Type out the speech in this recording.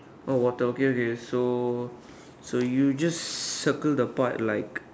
oh water okay okay so so you just circle the part like